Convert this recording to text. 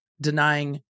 denying